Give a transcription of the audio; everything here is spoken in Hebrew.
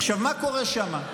עכשיו, מה קורה שם?